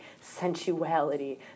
sensuality